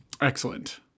Excellent